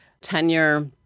tenure